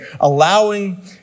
allowing